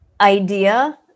idea